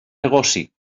negoci